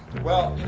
well,